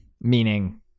Meaning